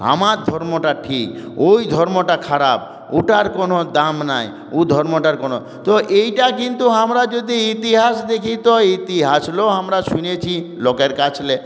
আমার ধর্মটা ঠিক ওই ধর্মটা খারাপ ওটার কোনও দাম নেই ও ধর্মটার কোনও তো এটা কিন্তু আমরা যদি ইতিহাস দেখি তো ইতিহাসও আমরা শুনেছি লোকের কাছে